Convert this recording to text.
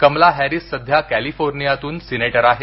Kamala Harris सध्या कॅलिफोर्नियातून senator आहेत